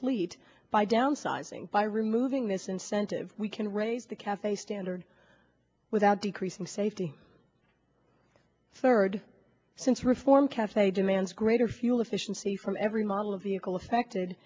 fleet by downsizing by removing this incentive we can raise the cafe standards without decreasing safety third since reform cafe demands greater fuel efficiency from every model of vehicle affected